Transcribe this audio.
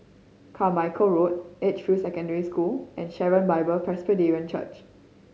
Carmichael Road Edgefield Secondary School and Sharon Bible Presbyterian Church